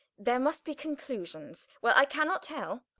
there must be conclusions, well, i cannot tell.